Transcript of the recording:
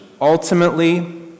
ultimately